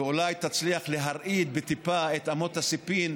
ואולי תצליח להרעיד טיפה את אמות הסיפים,